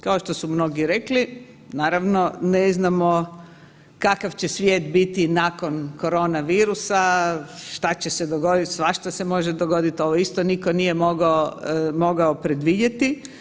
Kao što su mnogi rekli naravno ne znamo kakav će svijet biti nakon korona virusa, šta će se dogoditi, svašta se može dogoditi, ovo isto nitko nije mogao predvidjeti.